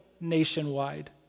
nationwide